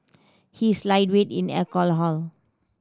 he is lightweight in alcohol